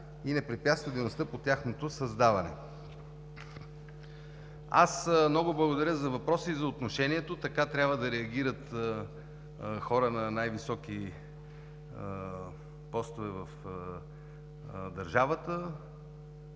Много благодаря за въпроса и отношението – така трябва да реагират хора на най-високи постове в държавата.